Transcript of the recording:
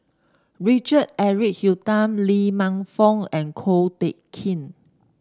Richard Eric Holttum Lee Man Fong and Ko Teck Kin